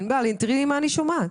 ענבל, תראי מה אני שומעת